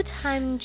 time